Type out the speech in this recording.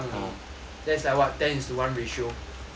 that's like what ten is to one ratio